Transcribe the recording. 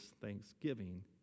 thanksgiving